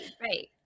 Right